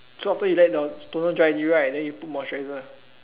so you let the toner dry already right then you put the moisturizer